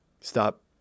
stop